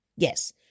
Yes